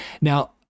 Now